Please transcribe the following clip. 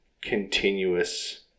continuous